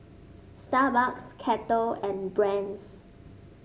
Starbucks Kettle and Brand's